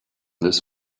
this